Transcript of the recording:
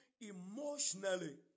emotionally